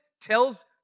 tells